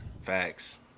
Facts